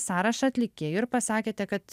sąrašą atlikėjų ir pasakėte kad